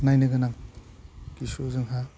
नायनो होनना खिसु जोंहा